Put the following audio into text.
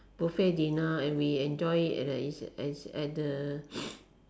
buffet dinner and we enjoyed it at is at at the